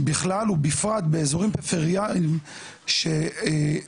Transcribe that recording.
בכלל ובפרט באזורים פריפריאליים שעובדים